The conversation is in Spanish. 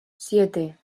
siete